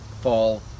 fall